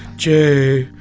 jay.